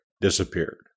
disappeared